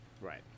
Right